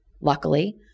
luckily